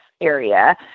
area